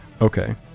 Okay